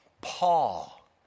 Paul